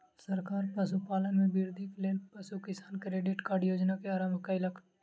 सरकार पशुपालन में वृद्धिक लेल पशु किसान क्रेडिट कार्ड योजना के आरम्भ कयलक